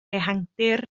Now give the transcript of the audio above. ehangdir